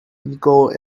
nicole